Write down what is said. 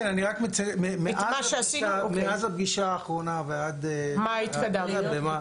כן אני רק מציין מאז הפגישה האחרונה ועד מה התקדמנו?